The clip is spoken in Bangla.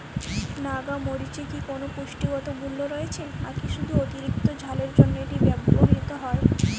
নাগা মরিচে কি কোনো পুষ্টিগত মূল্য রয়েছে নাকি শুধু অতিরিক্ত ঝালের জন্য এটি ব্যবহৃত হয়?